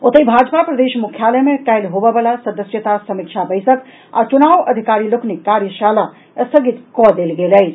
ओतहि भाजपा प्रदेश मुख्यालय मे काल्हि होवयबला सदस्यता समीक्षा बैसक आ चुनाव अधिकारी लोकनिक कार्यशाला स्थगित कऽ देल गेल अछि